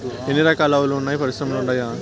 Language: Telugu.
ఎన్ని రకాలు ఆవులు వున్నాయి పరిశ్రమలు ఉండాయా?